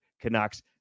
Canucks